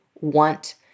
want